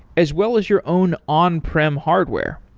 as well as your own on-prem hardware.